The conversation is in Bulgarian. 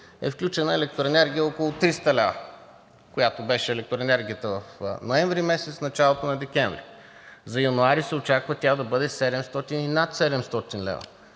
е включена електроенергия около 300 лв., която беше електроенергията в ноември и началото на декември. За януари се очаква тя да бъде 700 и над 700 лв.